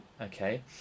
okay